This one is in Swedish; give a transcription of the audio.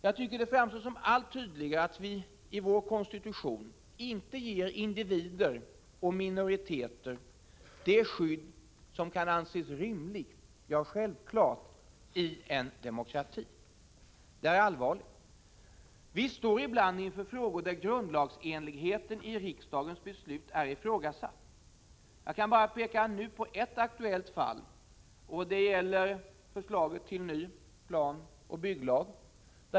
Jag tycker att det framstår som allt tydligare att vår konstitution inte ger individer och minoriteter det skydd som kan anses rimligt — ja, självklart — i en demokrati. Det är allvarligt. Vi står ibland inför frågor där grundlagsenligheten i riksdagsbeslut är ifrågasatt. Jag skall nu bara peka på ett aktuellt fall. Det gäller förslaget till ny planoch bygglag.